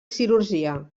cirurgia